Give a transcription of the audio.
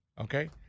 Okay